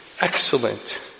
excellent